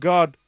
God